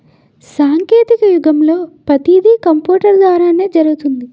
సాంకేతిక యుగంలో పతీది కంపూటరు ద్వారానే జరుగుతుంది